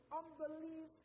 unbelief